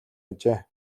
ажээ